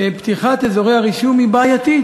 שפתיחת אזורי הרישום היא בעייתית.